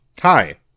Hi